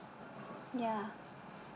ya